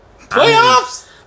Playoffs